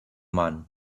man